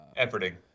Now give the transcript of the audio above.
efforting